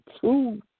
two